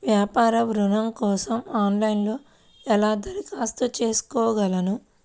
వ్యాపార ఋణం కోసం ఆన్లైన్లో ఎలా దరఖాస్తు చేసుకోగలను?